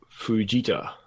Fujita